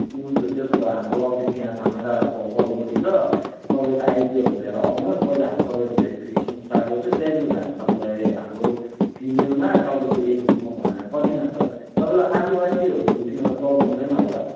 हुन्छ त्यसो भए हाम्रो अफिस यहाँ थाना डाँडा प पल्लोपट्टि छ तपाईँको आइडीहरू लिएर आउनुहोस् पहिला हामी तपाईँको भेरिफिकेसन स्टार्ट गर्छौँ त्यहाँदेखि उता हामी तपाईँलाई हाम्रो फिमेलमा तपाईँको एज ग्रुपमा भन्नाले कतिजना छ तपाईँलाई आदिवासीहरूसँग त प्रोब्लम छैन होला